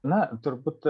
na turbūt